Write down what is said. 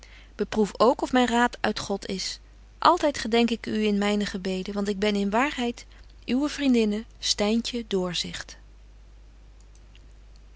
beproef ook of myn raad uit god is altyd gedenk ik u in myne gebeden want ik ben in waarheid uwe vriendinne